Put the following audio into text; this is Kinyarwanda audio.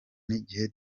n’igihe